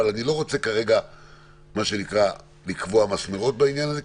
אבל אני לא רוצה כרגע לקבוע מסמרות בעניין הזה,